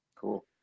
Cool